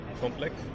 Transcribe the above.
complex